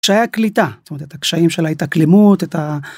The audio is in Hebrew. קשיי הקליטה, זאת אומרת את הקשיים של ההתאקלמות את ה.